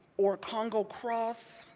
or kongo cross,